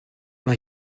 mae